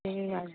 ए हजुर